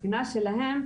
הבחינה שלהם,